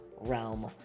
realm